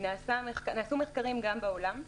נעשו מחקרים גם בעולם,